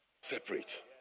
separate